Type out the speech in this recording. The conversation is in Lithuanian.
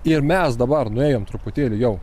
ir mes dabar nuėjom truputėlį jau